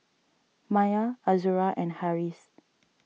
Maya Azura and Harris